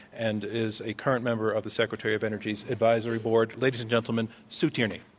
and is a current member of the secretary of energy's advisory board. ladies and gentleman, sue tierney.